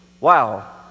wow